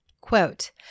Quote